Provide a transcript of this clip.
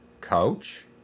Coach